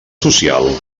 social